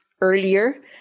Earlier